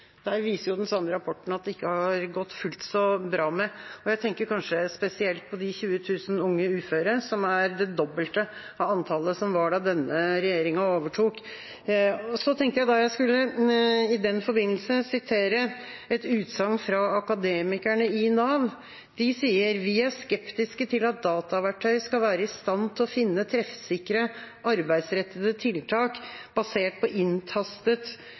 viser den samme rapporten at det ikke har gått fullt så bra. Jeg tenker kanskje spesielt på de 20 000 unge uføre – det dobbelte av det antall uføre som var da denne regjeringa overtok. Jeg vil i den forbindelse vise til Akademikerne i Nav, som sier at de er skeptiske til at dataverktøy skal være i stand til å finne treffsikre, arbeidsrettede tiltak basert på